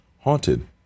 haunted